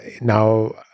now